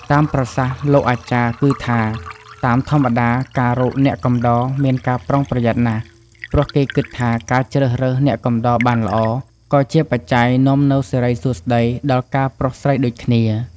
តាមប្រសាសន៍លោកអាចារ្យគឺថា តាមធម្មតាការរកអ្នកកំដរមានការប្រុងប្រយ័ត្នណាស់ ព្រោះគេគិតថាការជ្រើសរើសអ្នកកំដរបានល្អ ក៏ជាបច្ច័យនាំនូវសិរីសួស្តីដល់ការប្រុសស្រីដូចគ្នា។